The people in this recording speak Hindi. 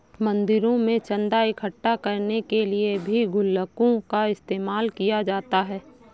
मंदिरों में चन्दा इकट्ठा करने के लिए भी गुल्लकों का इस्तेमाल किया जाता है